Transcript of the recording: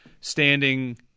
standing